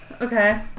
Okay